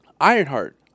Ironheart